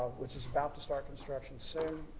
which is about to start construction soon.